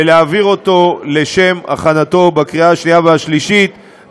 ולהעביר אותו לשם הכנתו לקריאה שנייה ושלישית,